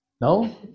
No